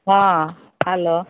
ହଁ ହେଲୋ